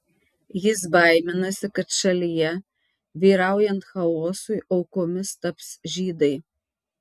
jis baiminasi kad šalyje vyraujant chaosui aukomis taps žydai